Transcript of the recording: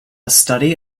study